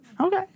Okay